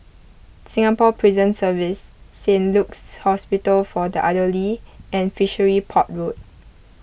Singapore Prison Service Saint Luke's Hospital for the Elderly and Fishery Port Road